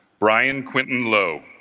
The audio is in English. brian quinton low,